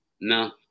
No